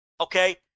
okay